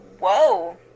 whoa